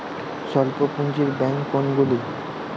স্বল্প পুজিঁর ব্যাঙ্ক কোনগুলি?